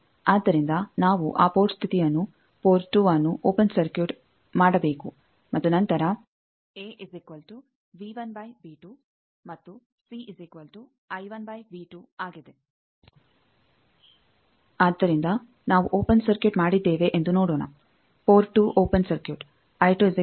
ಆದ್ದರಿಂದ ನಾವು ಆ ಪೋರ್ಟ್ ಸ್ಥಿತಿಯನ್ನು ಪೋರ್ಟ್ 2ಅನ್ನು ಓಪೆನ್ ಸರ್ಕ್ಯೂಟ್ ಮಾಡಬೇಕು ಮತ್ತು ನಂತರ ಆದ್ದರಿಂದ ನಾವು ಓಪೆನ್ ಸರ್ಕ್ಯೂಟ್ ಮಾಡಿದ್ದೇವೆ ಎಂದು ನೋಡೋಣ ಪೋರ್ಟ್ 2 ಓಪೆನ್ ಸರ್ಕ್ಯೂಟ್ ಆಗಿದೆ